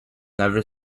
never